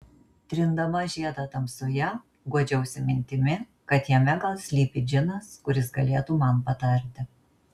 trindama žiedą tamsoje guodžiausi mintimi kad jame gal slypi džinas kuris galėtų man patarti